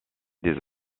des